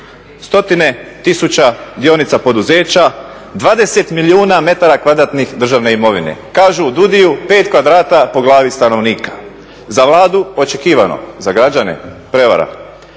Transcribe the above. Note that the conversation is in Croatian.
Stotine tisuća dionica poduzeća, 20 milijuna metara kvadratnih državne imovine. Kažu u …, 5 kvadrata po glavi stanovnika. Za Vladu očekivano, za građane, prevara.